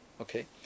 okay